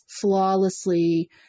flawlessly